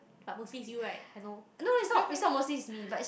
but mostly is you right I know